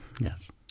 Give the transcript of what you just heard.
Yes